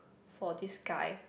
for this guy